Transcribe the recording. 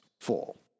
fall